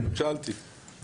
שאלתי,